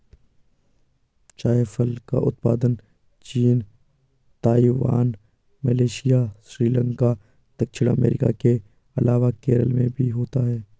जायफल का उत्पादन चीन, ताइवान, मलेशिया, श्रीलंका, दक्षिण अमेरिका के अलावा केरल में भी होता है